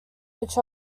which